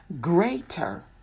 Greater